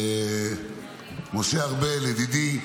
משה ארבל ידידי,